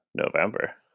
November